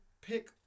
pick